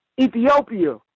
Ethiopia